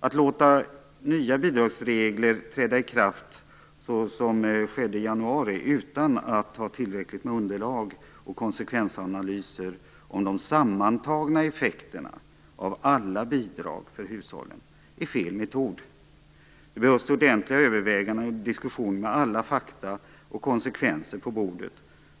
Att, som i januari, låta nya bidragsregler träda i kraft utan att ha tillräckligt med underlag och konsekvensanalyser om de sammantagna effekterna av alla bidrag för hushållen, är fel metod. Det behövs ordentliga överväganden och diskussioner med alla fakta och konsekvenser på bordet